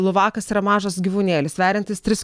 luvakas yra mažas gyvūnėlis sveriantis tris